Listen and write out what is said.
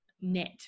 net